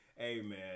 Amen